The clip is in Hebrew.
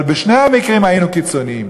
אבל בשני המקרים היינו קיצוניים.